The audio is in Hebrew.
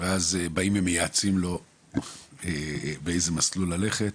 ואז באים ומייעצים לו באיזה מסלול ללכת,